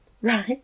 Right